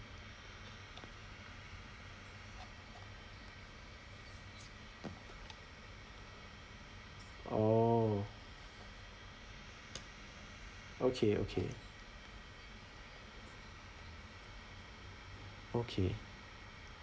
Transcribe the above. orh okay okay okay